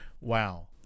Wow